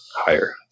higher